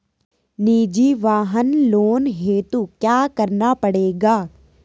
निजी वाहन लोन हेतु क्या करना पड़ेगा?